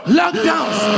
lockdowns